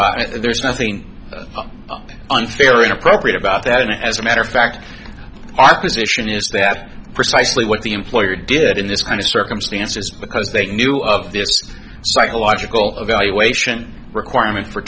there's nothing unfair or inappropriate about that and as a matter of fact our position is that precisely what the employer did in this kind of circumstances because they knew of the psychological evaluation requirement for